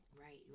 Right